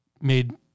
made